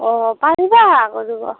অ পাৰিবা